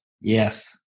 Yes